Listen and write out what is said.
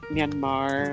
Myanmar